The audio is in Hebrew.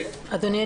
אדוני,